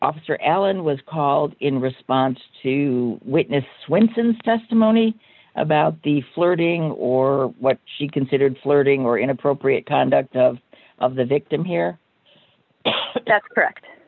officer allen was called in response to witness winston's testimony about the flirting or what she considered flirting or inappropriate conduct of the victim here that's correct